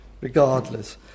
regardless